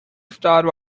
starve